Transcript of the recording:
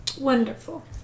Wonderful